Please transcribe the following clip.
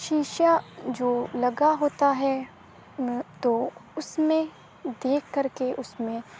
شیشہ جو لگا ہوتا ہے نہیں تو اس میں دیکھ کر کے اس میں